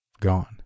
gone